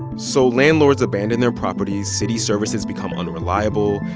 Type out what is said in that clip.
so landlords abandon their properties. city services become unreliable.